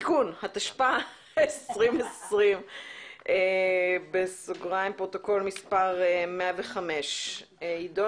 התשפ"א 2020. בסוגריים פרוטוקול מס' 105. עידו,